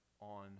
on